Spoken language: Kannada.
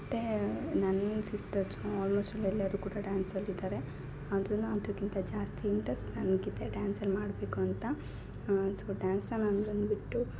ಮತ್ತು ನನ್ನ ಸಿಸ್ಟರ್ಸು ಆಲ್ಮೋಸ್ಟಲ್ಲಿ ಎಲ್ಲರೂ ಕೂಡ ಡ್ಯಾನ್ಸ್ಲ್ಲಿದ್ದಾರೆ ಅದರಲ್ಲೂ ಅದ್ರ್ಗಿಂತ ಜಾಸ್ತಿ ಇಂಟ್ರೆಸ್ಟ್ ನನಗಿದೆ ಡ್ಯಾನ್ಸ್ಲ್ಲಿ ಮಾಡಬೇಕು ಅಂತ ಸೋ ಡ್ಯಾನ್ಸ್ನ ನಾನು ಬಂದ್ಬಿಟ್ಟು